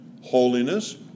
holiness